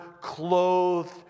clothed